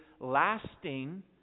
lasting